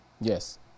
Yes